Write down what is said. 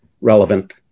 relevant